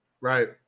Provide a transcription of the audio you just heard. Right